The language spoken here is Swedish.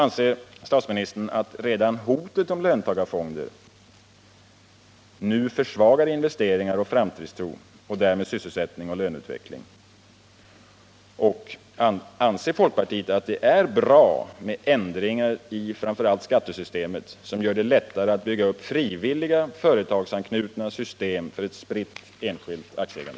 Anser statsministern att redan hotet om löntagarfonder nu försvagar investeringar och framtidstro och därmed sysselsättning och löneutveckling? 6. Anser folkpartiet att det är bra med ändringar i skattesystemet som gör det lättare att bygga upp frivilliga företagsanknutna system för ett spritt enskilt aktieägande?